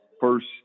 first